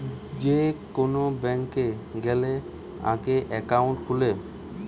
যে কোন ব্যাংকে গ্যালে আগে একাউন্ট খুলে